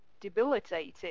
debilitated